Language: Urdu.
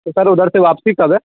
تو سر ادھرے سے واپسی کب ہے